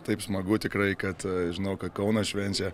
taip smagu tikrai kad žinau kad kaunas švenčia